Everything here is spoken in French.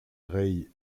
rey